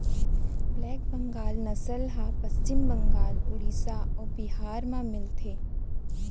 black Bengal नसल ह पस्चिम बंगाल, उड़ीसा अउ बिहार म मिलथे